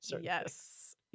Yes